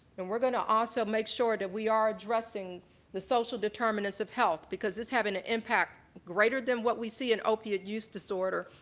and we're going to also make sure that we are addressing the social determinants of health because it's having an impact greater than what we see in opiate use disorder,